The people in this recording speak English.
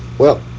well,